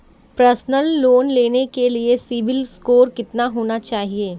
Personal loan लेने के लिए सिबिल स्कोर कितना होना चाहिए?